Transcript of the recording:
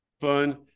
fun